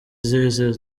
zize